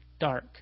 dark